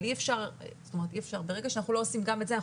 אבל ברגע שאנחנו לא עושים גם את זה,